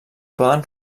poden